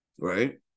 Right